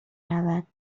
رود